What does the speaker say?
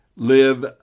live